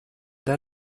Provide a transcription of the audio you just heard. der